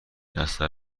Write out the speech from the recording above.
اثر